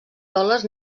dòlars